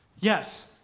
Yes